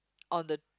on the